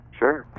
sure